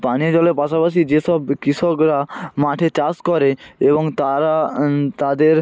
পানীয় জলের পাশাপাশি যেসব কৃষকরা মাঠে চাষ করে এবং তারা তাদের